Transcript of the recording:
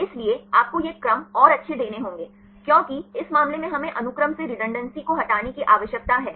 इसलिए यहां आपको ये क्रम और अच्छे देने होंगे क्योंकि इस मामले में हमें अनुक्रम से रेडुन्डंसे को हटाने की आवश्यकता है